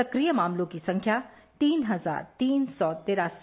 सक्रिय मामलों की संख्या तीन हजार तीन सौ तिरासी